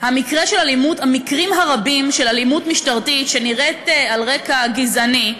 המקרים הרבים של אלימות משטרתית שנראית על רקע גזעני,